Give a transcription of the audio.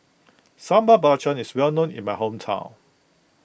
Sambal Belacan is well known in my hometown